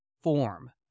form